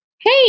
Hey